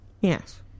Yes